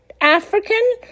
African